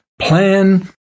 plan